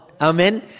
Amen